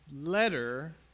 letter